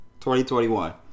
2021